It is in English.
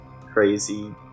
crazy